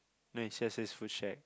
no it just says food shack